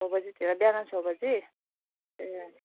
छ बजेतिर बिहान छ बजे ए